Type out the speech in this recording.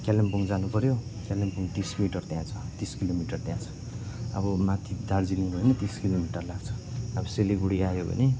कालिम्पोङ जानुपऱ्यो कालिम्पोङ तिस मिटर त्यहाँ छ तिस किलोमिटर त्यहाँ छ अब माथि दार्जिलिङ गयो भने तिस किलोमिटर लाग्छ अब सिलगढी आयो भने